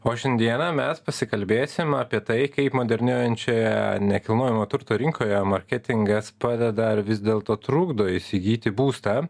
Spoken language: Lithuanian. o šiandieną mes pasikalbėsim apie tai kaip modernėjančioje nekilnojamo turto rinkoje marketingas padeda ar vis dėlto trukdo įsigyti būstą